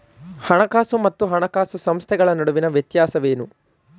ಹಣಕಾಸು ಮತ್ತು ಹಣಕಾಸು ಸಂಸ್ಥೆಗಳ ನಡುವಿನ ವ್ಯತ್ಯಾಸವೇನು?